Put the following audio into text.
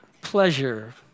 pleasure